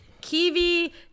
Kiwi